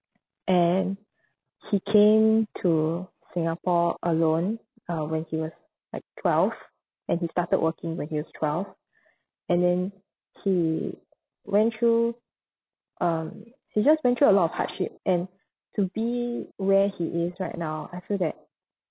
and he came to singapore alone uh when he was like twelve and he started working when he was twelve and then he went through um he just went through a lot of hardship and to be where he is right now I feel that